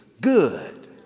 good